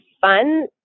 fun